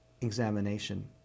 examination